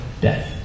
death